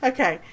Okay